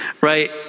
right